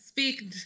Speak